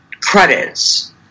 credits